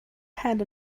had